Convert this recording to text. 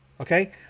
Okay